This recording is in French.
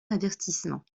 avertissement